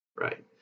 Right